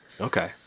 Okay